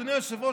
אדוני היושב-ראש,